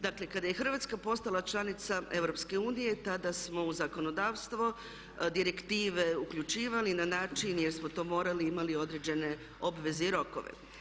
Dakle, kada je Hrvatska postala članica EU tada smo u zakonodavstvo direktive uključivali na način jer smo to morali i imali određene obveze i rokove.